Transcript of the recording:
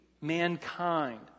mankind